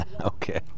Okay